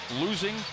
Losing